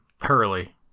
Hurley